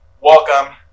welcome